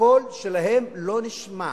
הקול שלהם לא נשמע